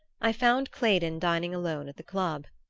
i found claydon dining alone at the club.